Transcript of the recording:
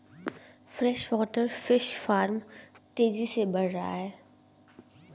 freshwater fish farm तेजी से बढ़ रहा है